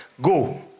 Go